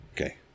Okay